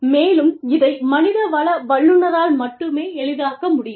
மேலும் இதை மனிதவள வல்லுநரால் மட்டுமே எளிதாக்க முடியும்